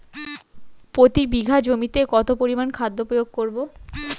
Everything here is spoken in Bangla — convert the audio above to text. প্রতি বিঘা জমিতে কত পরিমান খাদ্য প্রয়োগ করব?